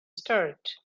start